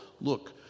look